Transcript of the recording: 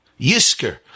Yisker